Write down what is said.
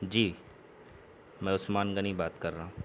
جی میں عثمان غنی بات کر رہا ہوں